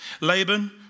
Laban